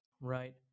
Right